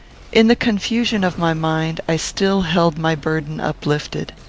in the confusion of my mind, i still held my burden uplifted.